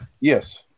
Yes